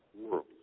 world